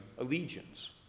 allegiance